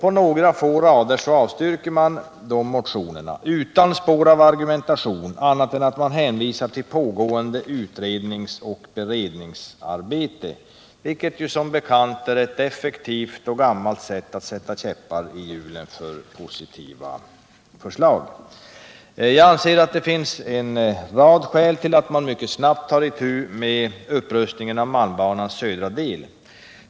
På några få rader avstyrks dessa motioner utan spår av annan argumentation än att man hänvisar till pågående utredningar och beredningsarbeten, vilket som bekant är ett effektivt och gammalt sätt att sätta käppar i hjulen för positiva förslag. Jag anser att det finns en rad skäl till att man mycket snabbt måste ta itu med en upprustning av malmbanans södra del.